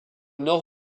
nord